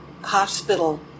hospital